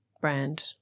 brand